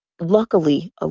luckily